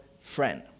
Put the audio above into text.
friend